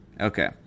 Okay